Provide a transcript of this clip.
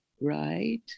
right